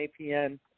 APN